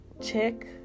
check